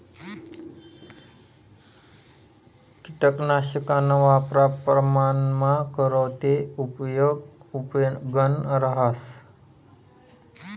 किटकनाशकना वापर प्रमाणमा करा ते उपेगनं रहास